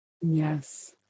Yes